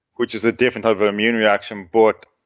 which is a different type of immune reaction, but